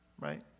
right